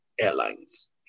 Airlines